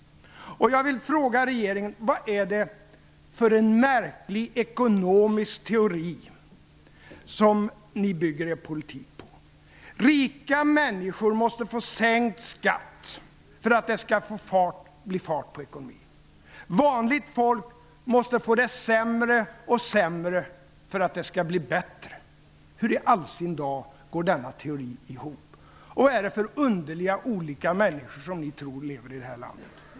Jag vill fråga regeringen: Vad är det för märklig ekonomisk teori som ni i regeringen bygger er politik på? Rika människor måste få sänkt skatt, för att det skall bli fart på ekonomin. Vanligt folk däremot, måste få det sämre och sämre för att det skall bli bättre. Hur i all sin dar går denna teori ihop? Vad är det för olika underliga människor som ni i regeringen tror lever i det här landet?